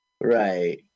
Right